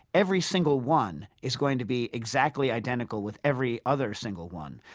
every single one is going to be exactly identical with every other single one.